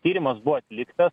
tyrimas buvo atliktas